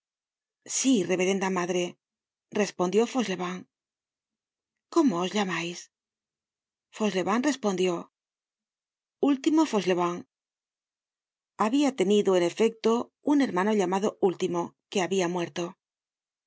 sí reverenda madre respondió fauchelevent cómo os llamais fauchelevent respondió ultimo fauchelevent habia tenido en efecto un hermano llamado ultimo que habia muerto de